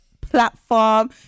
platform